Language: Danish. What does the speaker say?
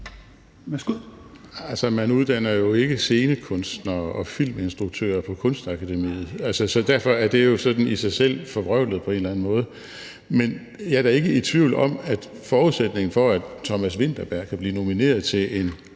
man uddanner jo ikke scenekunstnere og filminstruktører på Kunstakademiet, så derfor er det jo i sig selv forvrøvlet på en eller anden måde. Men jeg er da ikke i tvivl om, at forudsætningen for, at Thomas Vinterberg kan blive nomineret til en